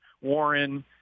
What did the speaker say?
Warren